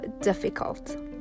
difficult